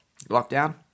lockdown